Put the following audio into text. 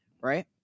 right